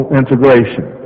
integration